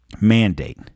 mandate